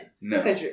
No